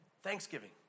Thanksgiving